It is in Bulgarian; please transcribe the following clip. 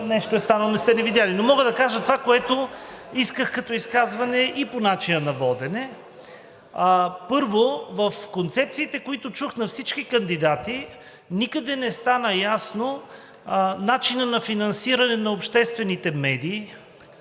нещо е станало и не сте ни видели. Мога да кажа това, което исках като изказване, и по начина на водене. Първо, в концепциите, които чух на всички кандидати, никъде не стана ясен начинът на финансиране на обществените медии